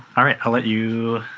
ah i'll let you.